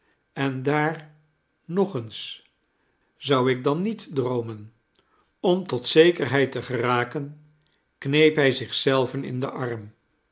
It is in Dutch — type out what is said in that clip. en daar nog eens zou ik dan niet droomen om tot zekerheid te geraken kneep hij zich zelven in den arm